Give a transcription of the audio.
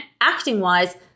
acting-wise